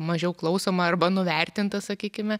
mažiau klausoma arba nuvertinta sakykime